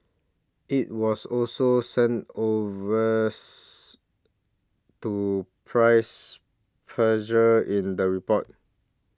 it was also sent arrest to price pressures in the report